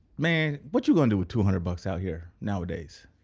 man, what you gonna do with two hundred bucks out here nowadays?